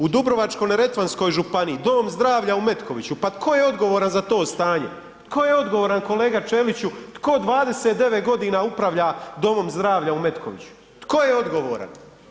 U Dubrovačko-neretvanskoj županiji dom zdravlja u Metkoviću, pa tko je odgovoran za to stanje, tko je odgovoran kolega Ćeliću, tko 29 godina upravlja domom zdravlja u Metkoviću, tko je odgovoran?